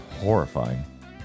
horrifying